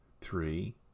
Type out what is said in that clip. Three